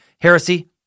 heresy